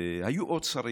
והיו עוד שרים.